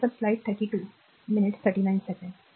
तर आचरण G 1R आहे